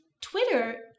Twitter